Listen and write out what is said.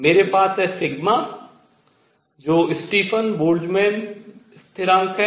मेरे पास है जो स्टीफन बोल्ट्ज़मान स्थिरांक है